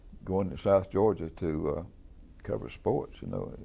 going to south georgia to cover sports, you know,